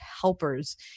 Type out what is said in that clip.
helpers